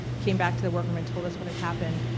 came back to the workroom and told us what had happened.